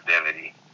identity